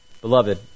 Beloved